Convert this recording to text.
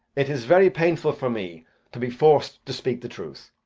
it is very painful for me to be forced to speak the truth.